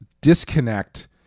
disconnect